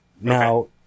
Now